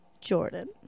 Jordan